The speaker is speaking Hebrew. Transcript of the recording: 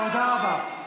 תודה רבה.